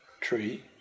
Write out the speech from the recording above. tree